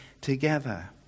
together